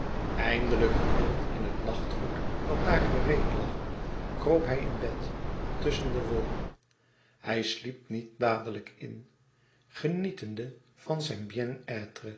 eindelijk gehuld in het nachtgoed dat daar gereed lag kroop hij in bed tusschen de wol hij sliep niet dadelijk in genietende van zijn